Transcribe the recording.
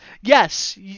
yes